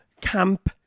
camp